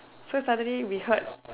so suddenly we heard